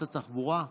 שרת התחבורה,